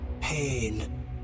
pain